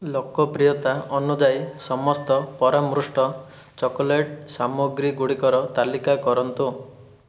ଲୋକପ୍ରିୟତା ଅନୁଯାୟୀ ସମସ୍ତ ପରାମୃଷ୍ଟ ଚକୋଲେଟ୍ ସାମଗ୍ରୀ ଗୁଡ଼ିକର ତାଲିକା କରନ୍ତୁ